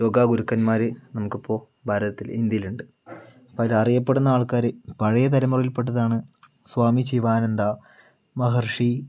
യോഗ ഗുരുക്കന്മാര് നമുക്കിപ്പോൾ ഭാരതത്തില് ഇന്ത്യയിലുണ്ട് പ്പൊ അതിലറിയപ്പെടുന്ന ആൾക്കാര് പഴയ തലമുറയിൽ പെട്ടതാണ് സ്വാമി ശിവാനന്ദ മഹർഷി